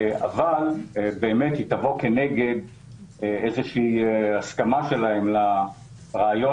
אבל היא תבוא כנגד הסכמה שלהם לרעיון